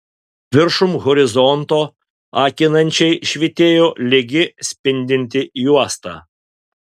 viršum horizonto akinančiai švytėjo lygi spindinti juosta